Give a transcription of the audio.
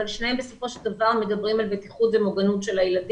אבל בסופו של דבר שניהם מדברים על בטיחות ומוגנות של הילדים.